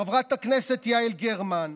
חברת הכנסת יעל גרמן,